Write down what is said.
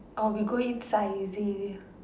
or we go eat Saizeriya